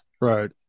Right